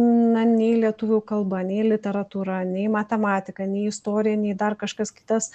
na nei lietuvių kalba nei literatūra nei matematika nei istorija nei dar kažkas kitas